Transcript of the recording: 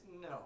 no